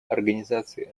организации